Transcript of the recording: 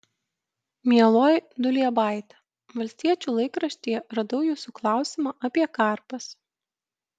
mieloji duliebaite valstiečių laikraštyje radau jūsų klausimą apie karpas